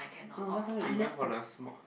no last time we went for the small